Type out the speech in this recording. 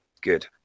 good